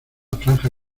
franja